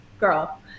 girl